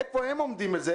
איפה הם עומדים בזה?